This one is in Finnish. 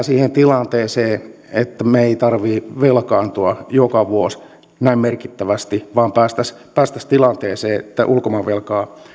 siihen tilanteeseen että meidän ei tarvitse velkaantua joka vuosi näin merkittävästi vaan päästäisiin tilanteeseen että ulkomaanvelkaa